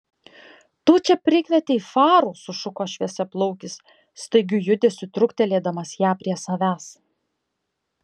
tu čia prikvietei farų sušuko šviesiaplaukis staigiu judesiu truktelėdamas ją prie savęs